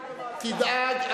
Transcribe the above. תדאג,